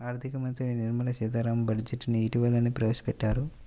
ఆర్ధిక మంత్రి నిర్మలా సీతారామన్ బడ్జెట్ ను ఇటీవలనే ప్రవేశపెట్టారు